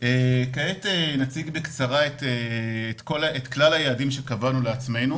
כעת נציג בקצרה את כלל היעדים שקבענו לעצמנו.